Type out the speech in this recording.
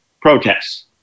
protests